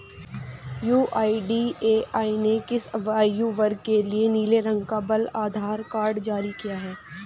UIDAI ने किस आयु वर्ग के लिए नीले रंग का बाल आधार कार्ड जारी किया है?